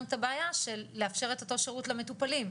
את הבעיה של לאפשר את אותו שירות למטופלים.